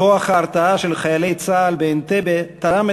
כוח ההרתעה של פעולת חיילי צה"ל באנטבה תרם